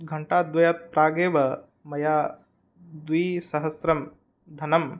घण्टाद्वयात् प्रागेव मया द्विसहस्रं धनं